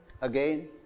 Again